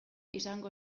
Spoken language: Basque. izango